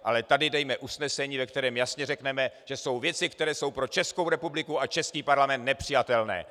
Ale tady dejme usnesení, ve kterém jasně řekneme, že jsou věci, které jsou pro Českou republiku a český parlament nepřijatelné.